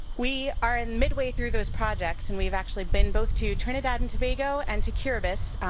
we are and midway through those projects, and we've actually been both to trinidad and tobago, and to kirabis,